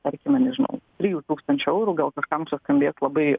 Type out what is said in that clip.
tarkime nežinau trijų tūkstančių eurų gal kažkam čia skambės labai